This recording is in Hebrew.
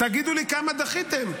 תגידו לי כמה דחיתם.